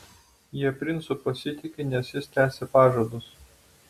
jie princu pasitiki nes jis tesi pažadus